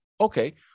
okay